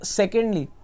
secondly